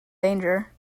danger